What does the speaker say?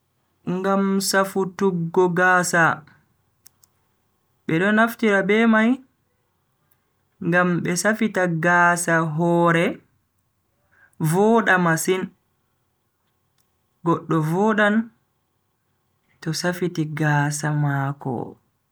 Ngam safutuggo gaasa. bedo naftira be mai ngam be safita gaasa hore voda masin. goddo vodan to safiti gaasa mako.